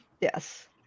yes